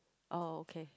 oh okay